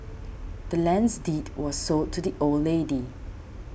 the land's deed was sold to the old lady